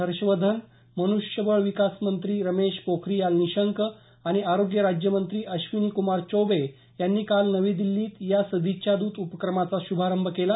हर्षवर्धन मन्ष्यबळ विकासमंत्री रमेश पोखरियाल निशंक आणि आरोग्य राज्यमंत्री अश्विनी कुमार चौबे यांनी काल नवी दिल्लीत या सदिच्छाद्त उपक्रमाचा शुभारंभ केला